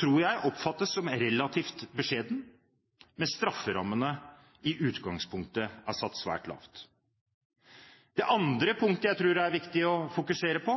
tror jeg oppfattes som relativt beskjeden, mens strafferammene i utgangspunktet er satt svært lavt. Det andre punktet jeg tror det er viktig å fokusere på,